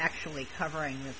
actually covering